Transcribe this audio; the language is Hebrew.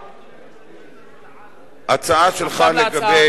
ההצעה שלך לגבי,